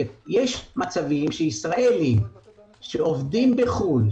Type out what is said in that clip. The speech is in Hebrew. יש מצבים שישראלים שעובדים בחו"ל,